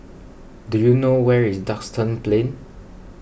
do you know where is Duxton Plain